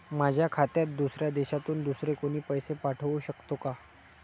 माझ्या खात्यात दुसऱ्या देशातून दुसरे कोणी पैसे पाठवू शकतो का?